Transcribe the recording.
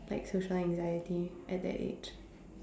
like social anxiety at that age